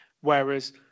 Whereas